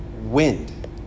wind